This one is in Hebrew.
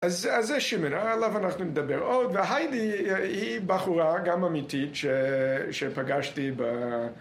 אז.. אז זה שמן, עליו אנחנו נדבר עוד, והיידי היא בחורה גם אמיתית ש.. שפגשתי ב..